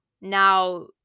now